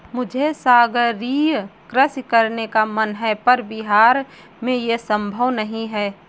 मुझे सागरीय कृषि करने का मन है पर बिहार में ये संभव नहीं है